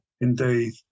Indeed